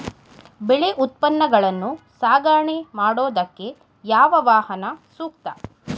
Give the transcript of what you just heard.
ಬೆಳೆ ಉತ್ಪನ್ನಗಳನ್ನು ಸಾಗಣೆ ಮಾಡೋದಕ್ಕೆ ಯಾವ ವಾಹನ ಸೂಕ್ತ?